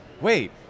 wait